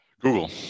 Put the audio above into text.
Google